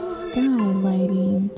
skylighting